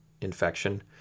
infection